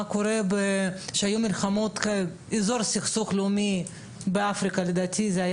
מה קורה באזור סכסוך לאומי באפריקה ולדעתי היה